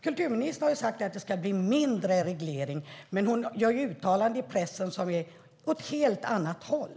Kulturministern har sagt att det ska bli mindre reglering, men hon gör uttalanden i pressen som går åt ett helt annat håll.